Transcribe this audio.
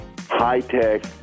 high-tech